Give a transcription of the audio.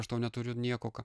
aš tau neturiu nieko ką